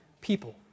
people